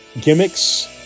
gimmicks